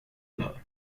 love